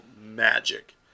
magic